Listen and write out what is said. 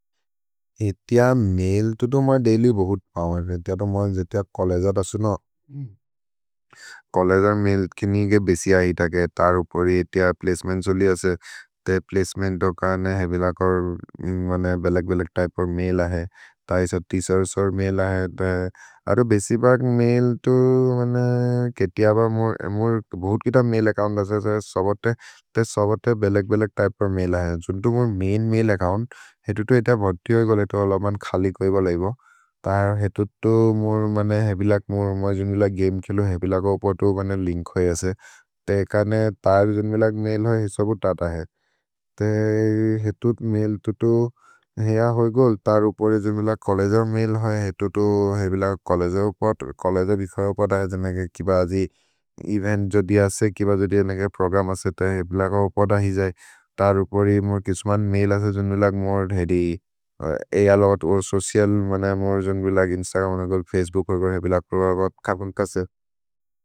एतिय मैल् तुतु मर् दैल्य् बहुत् पौमे, एतिय तो महन् एतिय चोल्लेगे अद् असु न चोल्लेगे अद् मैल् किनिगे बेसि अहि तके। तर् उपरि एतिय प्लचेमेन्त् सोलि असे, ते प्लचेमेन्त् दोकने हेवेलकर् बेलक्-बेलक् त्य्पे अर् मैल् अहे। दो हज़ार तीन सौ मैल् अहे, अरु बेसि बग् मैल् तुतु, केतिय अब मोर् बहुत् कित मैल् अच्चोउन्त् असे सबते। ते सबते बेलक्-बेलक् त्य्पे अर् मैल् अहे, तुतु मोर् मैन् मैल् अच्चोउन्त्, एतिय तो एतिय भति होइ गोल्। एतिय होलोमन् खलिक् होइ बोलेइबो, तर् एतिय तो मोर् मने हेवेलक् मोर्, मर् जन्मिल गमे केलो हेवेलकर् उपर् तु बने लिन्क् होइ असे। ते एकने तर् जन्मिल मैल् होइ सबु तत है, ते एतिय मैल् तुतु हेअ होइ गोल्, तर् उपरि जन्मिल चोल्लेगे अर् मैल् होइ। एतिय तु हेवेलकर् चोल्लेगे अर् उपर्, चोल्लेगे अर् बेफोरे अर् उपर् अहि जनेके, किब अजि एवेन्त् जोदि असे, किब जोदि जनेके प्रोग्रम् असे। ते हेवेलकर् उपर् अहि जै, तर् उपरि मोर् किस्मन् मैल् असे जन्मिल मोर् धेदि, एय लोत् और् सोचिअल्। मर् जन्मिल इन्स्तग्रम् मर् जन्मिल फचेबूक् अर् गोल् हेवेलकर् उपर्, खपन् कसे।